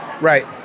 Right